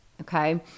okay